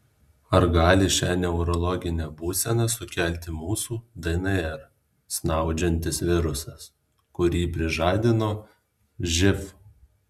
ar gali šią neurologinę būseną sukelti mūsų dnr snaudžiantis virusas kurį prižadino živ